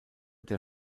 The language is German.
der